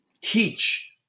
teach